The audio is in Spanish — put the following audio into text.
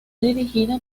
dirigida